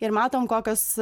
ir matom kokios